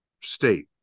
state